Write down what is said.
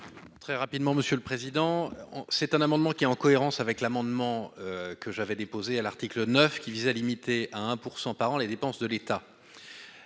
Très rapidement, monsieur le président, c'est un amendement qui est en cohérence avec l'amendement que j'avais déposé à l'article 9 qui vise à limiter à 1 % par an les dépenses de l'État,